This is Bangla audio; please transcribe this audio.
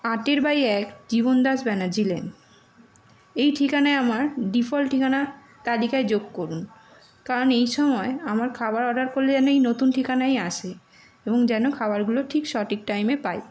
আটের বাই এক জীবন দাস ব্যানার্জি লেন এই ঠিকানায় আমার ডিফল্ট ঠিকানা তালিকায় যোগ করুন কারণ এই সময় আমার খাবার অর্ডার করলে যেন এই নতুন ঠিকানায় আসে এবং যেন খাবারগুলো ঠিক সঠিক টাইমে পাই